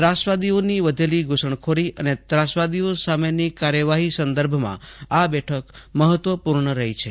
ત્રાસવાદીઓની વધેલી ઘુસણખોરી અને ત્રાસવાદીઓ સામેની કાર્યવાહી સંદર્ભમાં આ બેઠક મહત્વપૂર્ણ રહી છે